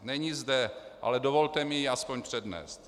Není zde, ale dovolte mi ji aspoň přednést.